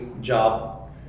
job